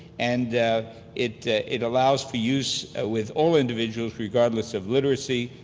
and it it allows for use with all individuals regardless of literacy,